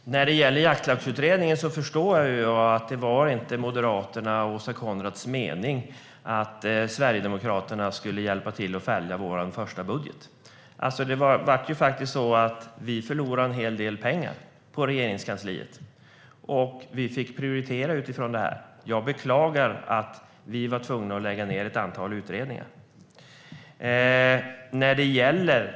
Fru talman! När det gäller Jaktlagsutredningen förstår jag att det inte var Moderaternas och Åsa Coenraads mening att Sverigedemokraterna skulle hjälpa till att fälla vår första budget. Men i och med att det skedde förlorade vi en hel del pengar på Regeringskansliet, och vi fick prioritera utifrån det. Jag beklagar att vi var tvungna att lägga ned ett antal utredningar.